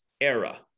era